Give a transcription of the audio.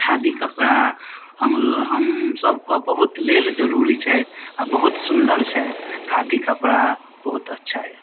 खादी कपड़ा हमसभके बहुत जरूरी छथि आ बहुत सुन्दर छथि खादी कपड़ा बहुत अच्छा यऽ